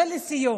ולסיום,